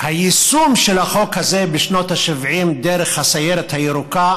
היישום של החוק הזה בשנות ה-70 דרך הסיירת הירוקה